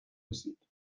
رسید